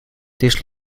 this